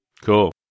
Cool